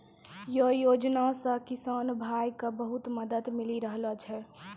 यै योजना सॅ किसान भाय क बहुत मदद मिली रहलो छै